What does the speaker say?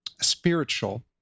spiritual